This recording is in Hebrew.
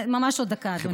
ממש עוד דקה, אדוני.